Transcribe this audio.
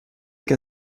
qu’à